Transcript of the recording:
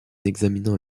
examinant